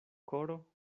koro